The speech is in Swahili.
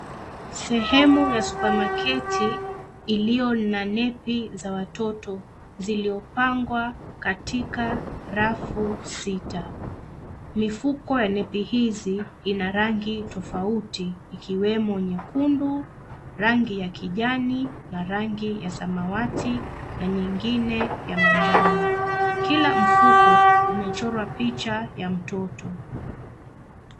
Sehemu ya supermarket iliyo na nepi za watoto zilizopangwa katika rafu sita. Mifuko ya nepi hizi ina rangi tofauti ikiwemo nyekundu, rangi ya kijani na rangi ya samawati na nyingine ya manjano. Kila mfuko umechorwa picha ya mtoto.